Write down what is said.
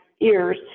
ears